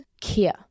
Kia